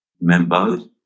members